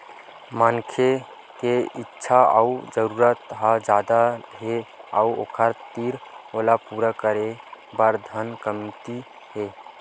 मनखे के इच्छा अउ जरूरत ह जादा हे अउ ओखर तीर ओला पूरा करे बर धन कमती हे